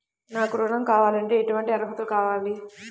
నాకు ఋణం కావాలంటే ఏటువంటి అర్హతలు కావాలి?